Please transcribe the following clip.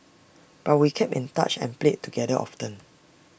but we kept in touch and played together often